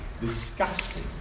disgusting